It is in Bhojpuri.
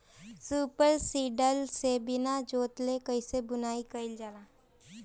सूपर सीडर से बीना जोतले कईसे बुआई कयिल जाला?